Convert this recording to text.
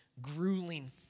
grueling